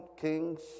Kings